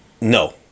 no